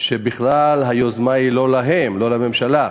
בכלל היוזמה היא לא שלהם, לא של הממשלה.